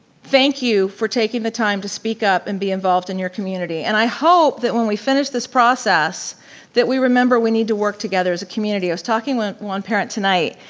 thank you for taking the time to speak up and be involved in your community and i hope that when we finish this process that we remember we need to work together as a community. i was talking with one parent tonight,